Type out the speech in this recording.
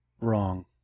wrong